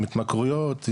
עם התמכרויות,